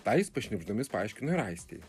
tą jis pašnibždomis paaiškino ir aistei